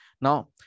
Now